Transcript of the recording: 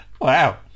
Wow